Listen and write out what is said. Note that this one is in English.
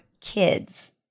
kids